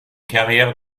carrière